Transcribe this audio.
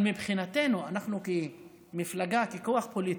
מבחינתנו, אנחנו כמפלגה, ככוח פוליטי,